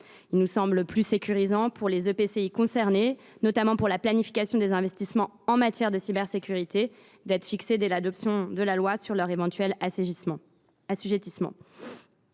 Il nous semble plus sécurisant pour les EPCI concernés, notamment pour la planification des investissements en matière de cybersécurité, d’être fixés dès l’adoption de la loi sur leur éventuel assujettissement,